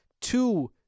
Two